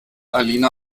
alina